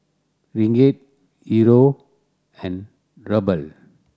Ringgit Euro and Ruble